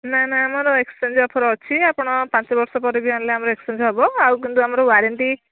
ନା ନା ଆମର ଏକ୍ସଚେଞ୍ଜ୍ ଅଫର୍ ଅଛି ଆପଣ ପାଞ୍ଚ ବର୍ଷ ପରେ ବି ଆଣିଲେ ଆମର ଏକ୍ସଚେଞ୍ଜ୍ ହେବ ଆଉ କିନ୍ତୁ ଆମର ୱାରେଣ୍ଟି